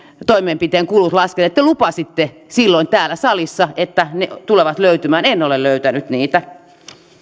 toimenpiteen kulut laskeneet te lupasitte silloin täällä salissa että ne tulevat löytymään en ole löytänyt niitä